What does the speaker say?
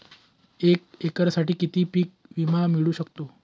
एका एकरसाठी किती पीक विमा मिळू शकतो?